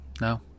No